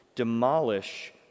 demolish